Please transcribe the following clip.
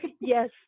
Yes